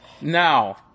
Now